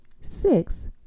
Six